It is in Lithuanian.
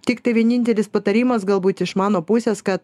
tiktai vienintelis patarimas galbūt iš mano pusės kad